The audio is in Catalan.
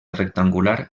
rectangular